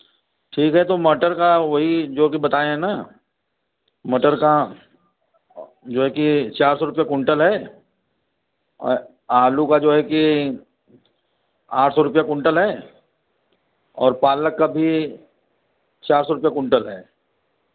ठीक है तो मटर का वही जो कि बताएँ है ना मटर का जो है कि चार सौ रुपये कुंटल है आलू का जो है कि आठ सौ रुपये कुंटल है और पालक का भी चार सौ रुपये कुंटल है